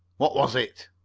what was it?